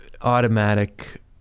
automatic